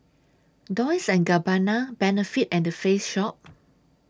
Dolce and Gabbana Benefit and The Face Shop